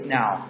now